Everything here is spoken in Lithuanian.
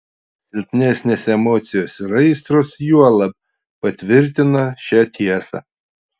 silpnesnės emocijos ir aistros juolab patvirtina šią tiesą